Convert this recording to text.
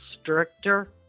stricter